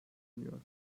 düşünüyor